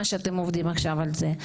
מה שאתם עכשיו עובדים על זה.